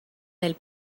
del